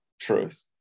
truth